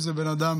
אם זה בן אדם